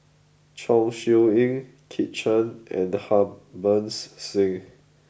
Chong Siew Ying Kit Chan and Harbans Singh